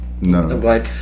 No